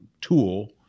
tool